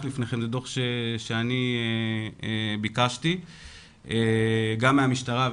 בפניכם זה דוח שאני ביקשתי לפני מספר חודשים,